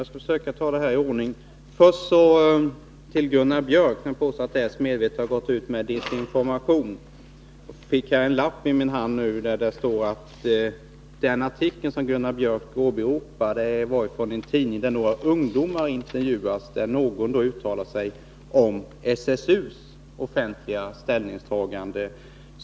Herr talman! Först till Gunnar Björk i Gävle. Han påstår att socialdemokraterna medvetet gått ut med desinformation. Jag fick en lapp i min hand där det står att den artikel som Gunnar Björk åberopar stått i en tidning där några ungdomar intervjuades och någon uttalade sig om SSU:s offentliga ställningstagande.